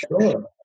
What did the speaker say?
Sure